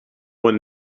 one